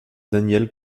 daniel